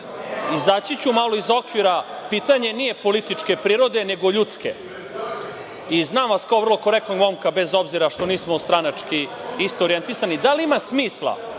izaći ću malo iz okvira, pitanje nije političke prirode, nego ljudske. Znam vas kao vrlo korektnog momka, bez obzira što nismo stranački isto orjentisani. Da li ima smisla